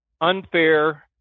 unfair